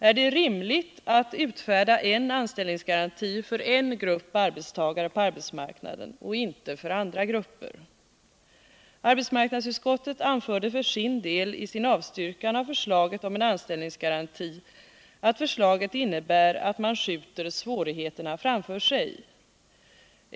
Är det rimligt att utfärda en anställningsgaranti för en grupp arbetstagare på arbetsmarknaden och inte för andra grupper? Arbetsmarknadsutskottet anförde för sin del i sin avstyrkan av förslaget om en anställningsgaranti att förslaget innebär att man skjuter svårigheterna framför sig.